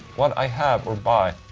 what i have or buy